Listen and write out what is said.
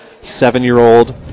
seven-year-old